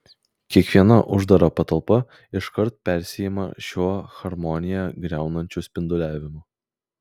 kiekviena uždara patalpa iškart persiima šiuo harmoniją griaunančiu spinduliavimu